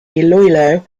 iloilo